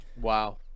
Wow